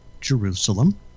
Jerusalem